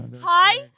Hi